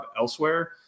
elsewhere